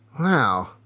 Wow